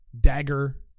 dagger